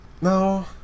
no